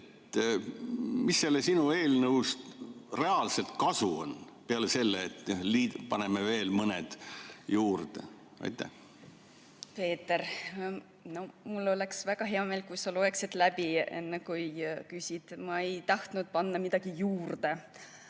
mis sellest sinu eelnõust reaalset kasu on, peale selle, et paneme veel mõne juurde? Peeter, mul oleks väga hea meel, kui sa loeksid läbi, enne kui küsid. Ma ei tahtnud panna midagi juurde.